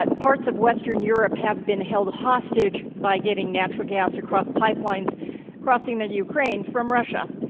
but parts of western europe have been held hostage by getting natural gas across pipelines crossing the ukraine from russia,